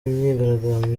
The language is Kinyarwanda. imyigaragambyo